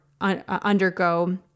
undergo